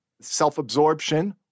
self-absorption